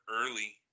early